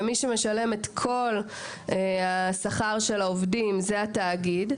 ומי שמשלם את כל השכר של העובדים הוא התאגיד.